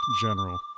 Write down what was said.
general